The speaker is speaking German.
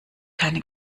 keine